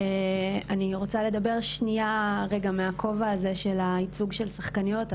אני רוצה לדבר שניה מהכובע הזה של הייצוג של שחקניות,